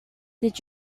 did